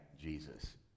Jesus